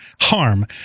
harm